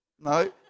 No